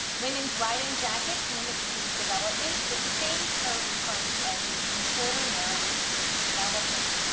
women's riding jackets mimicked these developments with the same curved front edges and shorter narrower skirts developing.